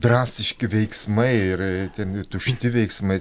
drastiški veiksmai ir ten tušti veiksmai